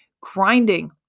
grinding